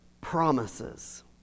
promises